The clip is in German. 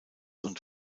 und